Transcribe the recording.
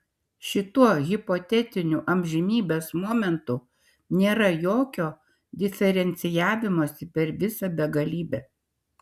šituo hipotetiniu amžinybės momentu nėra jokio diferencijavimosi per visą begalybę